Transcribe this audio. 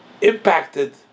impacted